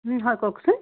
হয় কওকচোন